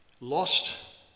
lost